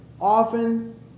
often